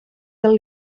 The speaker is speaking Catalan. del